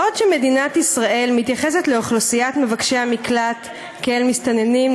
בעוד מדינת ישראל מתייחסת לאוכלוסיית מבקשי המקלט כאל מסתננים,